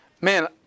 man